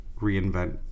reinvent